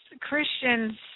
Christians